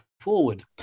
forward